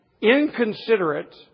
inconsiderate